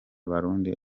abarundi